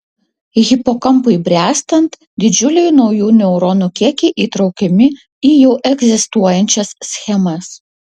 hipokampui bręstant didžiuliai naujų neuronų kiekiai įtraukiami į jau egzistuojančias schemas